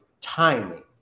timing